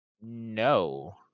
No